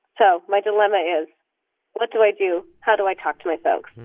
so my dilemma is what do i do? how do i talk to my folks?